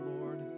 Lord